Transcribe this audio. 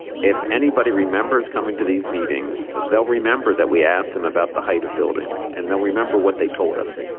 if anybody remembers coming to these meetings, they'll remember that we asked them about the height of buildings and then remember what they told us.